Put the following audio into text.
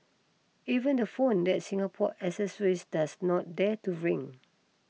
even the phone that Singapore accessories does not dare to ring